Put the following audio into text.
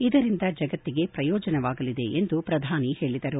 ಇದರಿಂದ ಜಗತ್ತಿಗೆ ಪ್ರಯೋಜನವಾಗಲಿದೆ ಎಂದು ಪ್ರಧಾನಿ ಹೇಳಿದರು